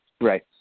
Right